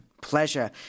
pleasure